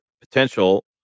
potential